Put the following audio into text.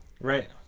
Right